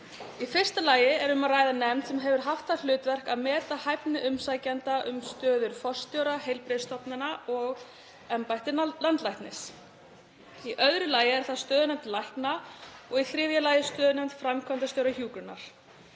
Í fyrsta lagi er um að ræða nefnd sem hefur haft það hlutverk að meta hæfni umsækjenda um stöður forstjóra heilbrigðisstofnana og embætti landlæknis, í öðru lagi er það stöðunefnd lækna og í þriðja lagi stöðunefnd framkvæmdastjóra hjúkrunar.